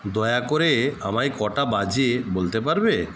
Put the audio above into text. দয়া করে আমায় কটা বাজে বলতে পারবে